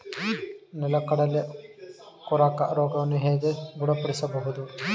ನೆಲಗಡಲೆ ಕೊರಕ ರೋಗವನ್ನು ಹೇಗೆ ಗುಣಪಡಿಸಬಹುದು?